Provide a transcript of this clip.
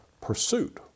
pursuit